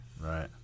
Right